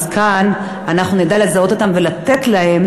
אז כאן אנחנו נדע לזהות אותם ולתת להם